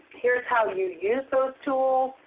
here's how you use those tools.